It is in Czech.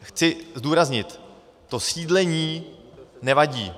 Chci zdůraznit, to sídlení nevadí.